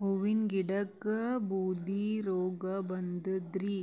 ಹೂವಿನ ಗಿಡಕ್ಕ ಬೂದಿ ರೋಗಬಂದದರಿ,